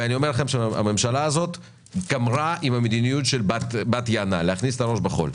אני אומר לכם שהממשלה הזו גמרה עם מדיניות הבת יענה של הכנסת הראש בחול.